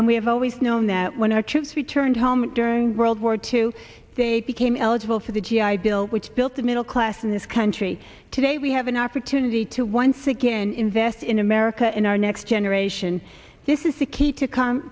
and we have always known that when our troops returned home during world war two they became eligible for the g i bill which built the middle class in this country today we have an opportunity to once again invest in america in our next generation this is the key to c